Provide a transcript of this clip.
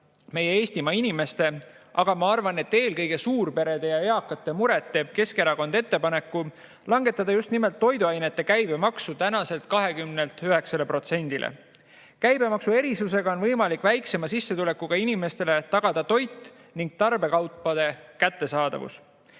meie Eestimaa inimeste, aga ma arvan, et eelkõige suurperede ja eakate muret, teeb Keskerakond ettepaneku langetada just nimelt toiduainete käibemaksu praeguselt 20%-lt 9%-le. Käibemaksuerisusega on võimalik väiksema sissetulekuga inimestele tagada toit ja tarbekaupade kättesaadavus